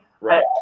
Right